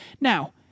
Now